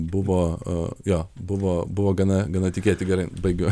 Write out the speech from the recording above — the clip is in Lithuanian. buvo jo buvo buvo gana gana tikėti gerai baigiu